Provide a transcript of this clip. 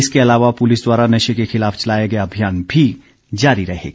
इसके अलावा पुलिस द्वारा नशे के खिलाफ चलाया गया अभियान भी जारी रहेगा